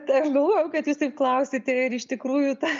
tai aš galvojau kad jūs taip klausite ir iš tikrųjų ta